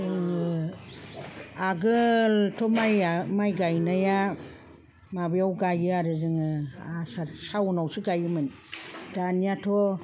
अ आगोलथ' माइ गायनाया माबायाव गायो आरो जोङो आसार सावोनावसो गायोमोन दानियाथ'